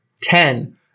Ten